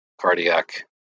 cardiac